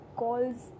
calls